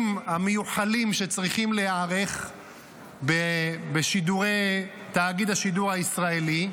המיוחלים שצריכים להיערך בשידורי תאגיד השידור הישראלי,